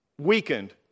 weakened